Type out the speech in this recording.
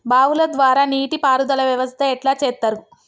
బావుల ద్వారా నీటి పారుదల వ్యవస్థ ఎట్లా చేత్తరు?